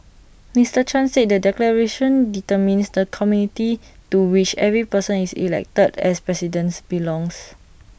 Mister chan said the declaration determines the community to which every person is elected as presidents belongs